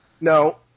No